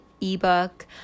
ebook